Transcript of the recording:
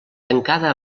tancada